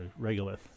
regolith